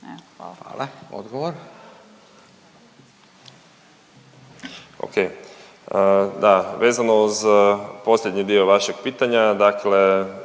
Davor** Okej, da, vezano uz posljednji dio vašeg pitanja, dakle